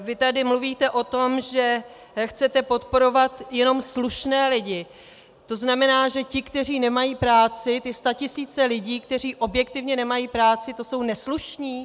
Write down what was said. Vy tady mluvíte o tom, že chcete podporovat jenom slušné lidi, to znamená, že ti, kteří nemají práci, ty statisíce lidí, kteří objektivně nemají práci, to jsou neslušní?